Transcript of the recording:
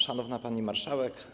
Szanowna Pani Marszałek!